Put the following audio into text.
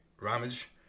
Ramage